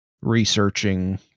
researching